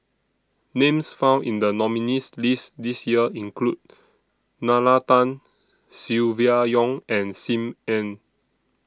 Names found in The nominees' list This Year include Nalla Tan Silvia Yong and SIM Ann